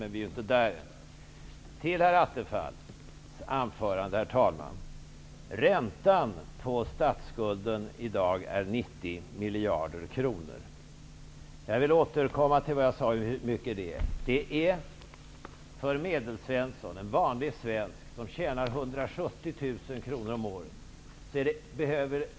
Men vi är inte där än. Herr talman! Räntan på statsskulden, herr Attefall, är i dag 90 miljarder kronor. Medelsvensson, en vanlig svensk, tjänar 170 000 kr om året.